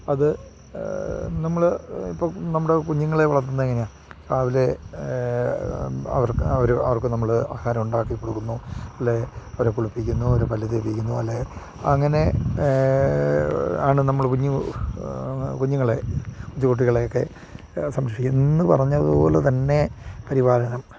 അത് നമ്മൾ ഇപ്പോൾ നമ്മുടെ കുഞ്ഞുങ്ങളെ വളർത്തുന്നത് എങ്ങനെയാണ് രാവിലെ അവർക്ക് അവർ അവർക്ക് നമ്മൾ ആഹാരം ഉണ്ടാക്കി കൊടുക്കുന്നു അല്ലേ അവരെ കുളിപ്പിക്കുന്നു അവരെ പല്ല് തേപ്പിക്കുന്നു അല്ലേ അങ്ങനെ ആണ് നമ്മൾ കുഞ്ഞു കുഞ്ഞുങ്ങളെ കൊച്ചു കുട്ടികളെയൊക്കെ സംരക്ഷിക്കുക ഇന്ന് പറഞ്ഞത് പോലെ തന്നെ പരിപാലനം